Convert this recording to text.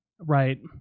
Right